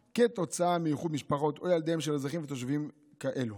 כתוצאה מאיחוד משפחות או ילדיהם של אזרחים ותושבים כאלה.